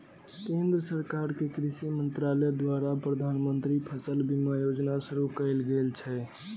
केंद्र सरकार के कृषि मंत्रालय द्वारा प्रधानमंत्री फसल बीमा योजना शुरू कैल गेल छै